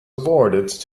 awarded